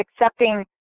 accepting